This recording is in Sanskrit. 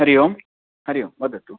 हरिः ओम् हरिः ओं वदतु